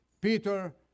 Peter